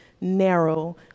narrow